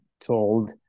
told